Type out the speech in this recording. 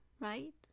right